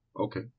okay